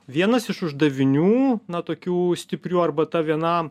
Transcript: vienas iš uždavinių na tokių stiprių arba ta viena